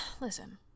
listen